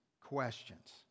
questions